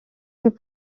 plus